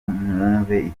mwumve